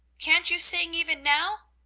can't you sing even now?